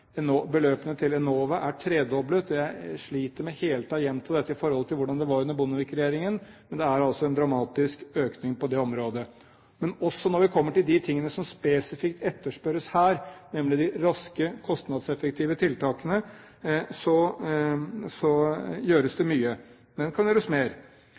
klimaområdet. Beløpene til Enova er tredoblet. Jeg sliter hele tiden med å gjenta dette i forhold til hvordan det var under Bondevik-regjeringen, men det er altså en dramatisk økning på det området. Også når det kommer til de tingene som det spesifikt etterspørres her, nemlig de raske, kostnadseffektive tiltakene, gjøres det mye, men det kan gjøres mer.